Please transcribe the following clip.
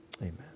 Amen